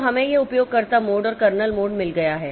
तो हमें यह उपयोगकर्ता मोड और कर्नेल मोड मिल गया है